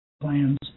plans